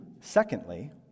secondly